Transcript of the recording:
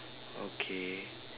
okay